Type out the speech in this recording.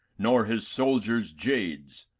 nor his soldiers jades.